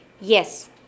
Yes